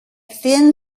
thin